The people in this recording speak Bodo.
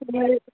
संबा